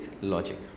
logic